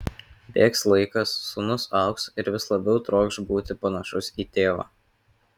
bėgs laikas sūnus augs ir vis labiau trokš būti panašus į tėvą